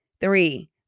Three